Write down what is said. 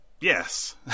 Yes